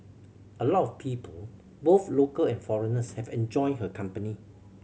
a lot of people both local and foreigners have enjoyed her company